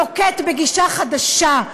נוקט גישה חדשה,